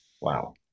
Wow